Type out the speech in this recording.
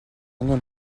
año